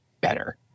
better